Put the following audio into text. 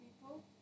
people